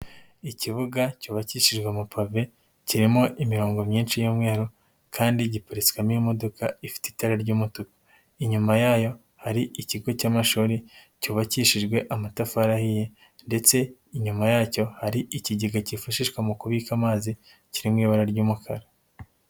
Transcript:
Ikibuga cyubakishirijwe amapave kirimo imirongo myinshi y'umweru kandi giparitswemo imodoka ifite itara ry'umutuku. Inyuma yayo hari ikigo cy'amashuri cyubakishijwe amatafari ahiye ndetse inyuma yacyo hari ikigega kifashishwa mu kubika amazi kiri mu ibara ry'umukara.